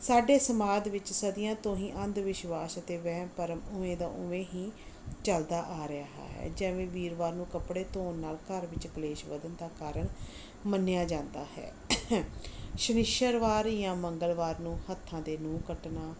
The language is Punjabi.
ਸਾਡੇ ਸਮਾਜ ਵਿੱਚ ਸਦੀਆਂ ਤੋਂ ਹੀ ਅੰਧ ਵਿਸ਼ਵਾਸ ਅਤੇ ਵਹਿਮ ਭਰਮ ਉਵੇਂ ਦਾ ਉਵੇਂ ਹੀ ਚੱਲਦਾ ਆ ਰਿਹਾ ਹੈ ਜਿਵੇਂ ਵੀਰਵਾਰ ਨੂੰ ਕੱਪੜੇ ਧੋਣ ਨਾਲ ਘਰ ਵਿੱਚ ਕਲੇਸ਼ ਵਧਣ ਦਾ ਕਰਨ ਮੰਨਿਆ ਜਾਂਦਾ ਹੈ ਸ਼ਨੀਚਰਵਾਰ ਜਾਂ ਮੰਗਲਵਾਰ ਨੂੰ ਹੱਥਾਂ ਦੇ ਨਹੁੰ ਕੱਟਣਾ